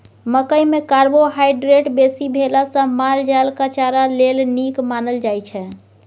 मकइ मे कार्बोहाइड्रेट बेसी भेला सँ माल जालक चारा लेल नीक मानल जाइ छै